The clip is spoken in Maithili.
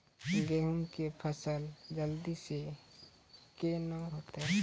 गेहूँ के फसल जल्दी से के ना होते?